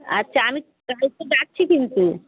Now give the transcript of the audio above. আচ্ছা আমি কালকে যাচ্ছি কিন্তু